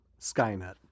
Skynet